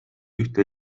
ühte